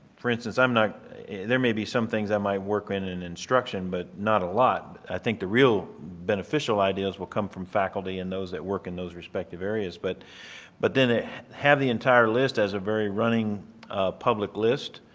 for instance i'm not there maybe some things i might work in an instruction but not a lot. i think the real beneficial ideas will come from faculty and those that work in those respective areas but but then it have the entire list as a very running public list.